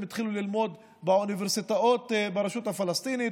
התחילו ללמוד באוניברסיטאות ברשות הפלסטינית,